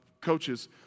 coaches